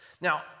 Now